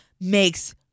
makes